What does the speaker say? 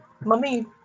Mummy